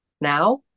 now